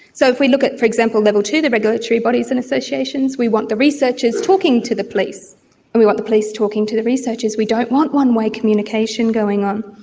so if we look at, for example, level two, the regulatory bodies and associations, we want the researchers talking to the police and we want the police talking to the researchers. we don't want one-way communication going on.